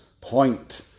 point